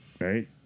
right